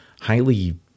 highly